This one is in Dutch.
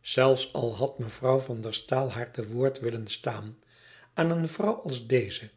zelfs al had mevrouw van der staal haar te woord willen staan aan een vrouw als deze